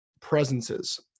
presences